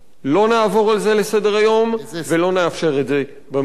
לא נעבור על זה לסדר-היום ולא נאפשר את זה במציאות.